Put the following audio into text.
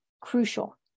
crucial